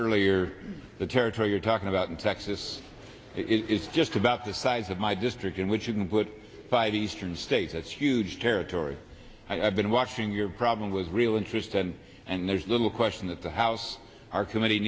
earlier the territory you're talking about in texas is just about the size of my district in which you can put five eastern state that's huge territory i've been watching your problem was real interest and and there's little question that the house our committe